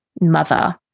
mother